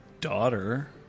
daughter